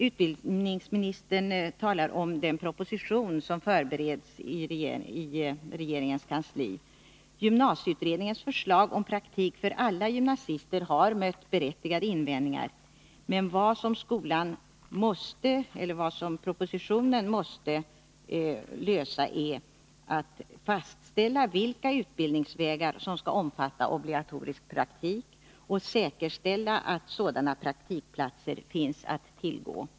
Utbildningsministern talar om den proposition som förbereds inom regeringskansliet. Gymnasieutredningens förslag om praktik för alla gymnasister har mött berättigade invändningar, men vad man måste göra i propositionen är att fastställa för vilka utbildningsvägar obligatorisk praktik skall gälla och säkerställa att sådana praktikplatser finns att tillgå.